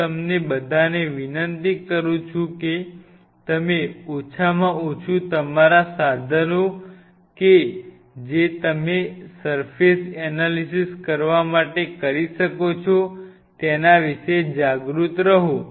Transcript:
હું તમને બધાને વિનંતી કરું છું કે તમે ઓછામાં ઓછું તમારા સાધનો કે જે તમે સર્ફેસ એનાલિસિસ કરવા માટે ઉપયોગ કરી શકો છો તેના વિશે જાગૃત રહો